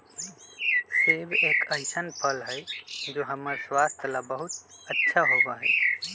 सेब एक ऐसन फल हई जो हम्मर स्वास्थ्य ला बहुत अच्छा होबा हई